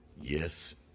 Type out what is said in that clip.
Yes